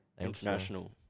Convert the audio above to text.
international